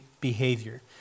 behavior